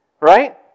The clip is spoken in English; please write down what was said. Right